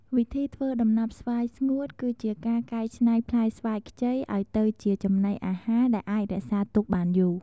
វិធីធ្វើដំណាប់ស្វាយស្ងួត គឺជាការកែច្នៃផ្លែស្វាយខ្ចីឱ្យទៅជាចំណីអាហារដែលអាចរក្សាទុកបានយូរ។